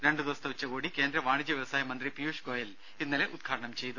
രണ്ടു ദിവസത്തെ ഉച്ചകോടി കേന്ദ്ര വാണിജ്യ വ്യവസായ മന്ത്രി പിയൂഷ് ഗോയൽ ഇന്നലെ ഉദ്ഘാടനം ചെയ്തു